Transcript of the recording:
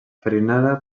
farinera